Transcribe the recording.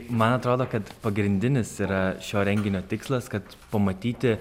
man atrodo kad pagrindinis yra šio renginio tikslas kad pamatyti